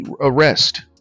arrest